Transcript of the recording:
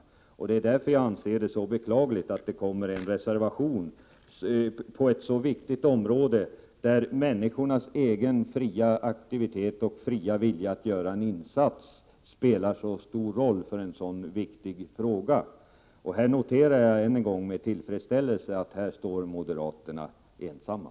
Det är därför som jag anser att det är så beklagligt att det har avgivits en reservation som gäller ett så viktigt område, där människornas egen fria aktivitet och fria vilja att göra en insats spelar en så stor roll. Och jag noterar ännu en gång med tillfredsställelse att moderaterna här står ensamma.